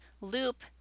loop